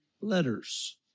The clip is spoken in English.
letters